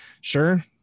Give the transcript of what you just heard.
Sure